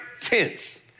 Tense